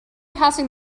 passing